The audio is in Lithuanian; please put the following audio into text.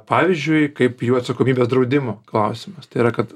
pavyzdžiui kaip jų atsakomybės draudimo klausimas tai yra kad